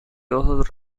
ojos